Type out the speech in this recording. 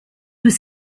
was